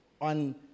on